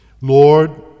Lord